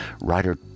writer